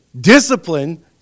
discipline